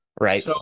Right